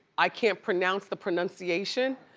i can't pronounce the pronunciation,